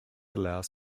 allows